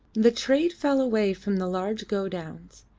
the trade fell away from the large godowns,